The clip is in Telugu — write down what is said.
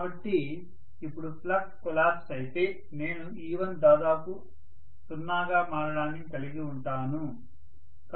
కాబట్టి ఇప్పుడు ఫ్లక్స్ కొలాప్స్ అయితే నేను e1 దాదాపు 0 గా మారడాన్ని కలిగి వుంటాను